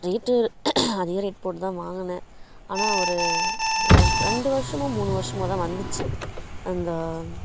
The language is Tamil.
ரேட் அதிக ரேட் போட்டு தான் வாங்கினேன் ஆனால் ஒரு ரே ரெண்டு வருஷமோ மூணு வருஷமோ தான் வந்துச்சு அந்த